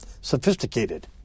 sophisticated